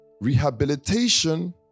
rehabilitation